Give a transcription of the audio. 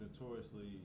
notoriously